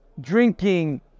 drinking